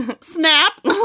Snap